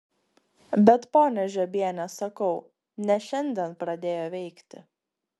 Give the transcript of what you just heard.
bet ponia žiobiene sakau ne šiandien pradėjo veikti